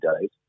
days